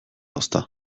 ozta